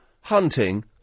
hunting